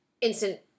instant